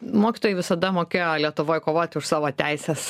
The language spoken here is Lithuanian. mokytojai visada mokėjo lietuvoj kovoti už savo teises